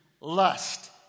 lust